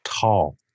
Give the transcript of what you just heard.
tall